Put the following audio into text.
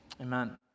amen